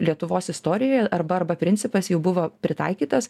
lietuvos istorijoje arba arba principas jau buvo pritaikytas